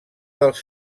dels